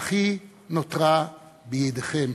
אך היא נותרה בידכם,